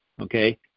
okay